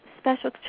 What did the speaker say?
special